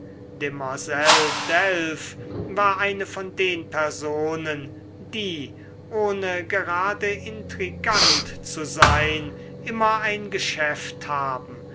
demoiselle delph war eine von den personen die ohne gerade intrigant zu sein immer ein geschäft haben